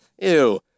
Ew